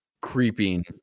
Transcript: creeping